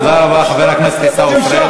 תודה רבה, חבר הכנסת עיסאווי פריג'.